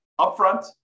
upfront